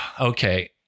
Okay